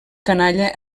canalla